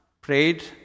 prayed